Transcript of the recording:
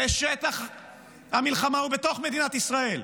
ושטח המלחמה הוא בתוך מדינת ישראל,